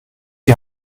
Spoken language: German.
die